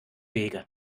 weg